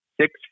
six